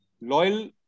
Loyal